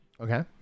okay